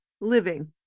Living